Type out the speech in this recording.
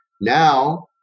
Now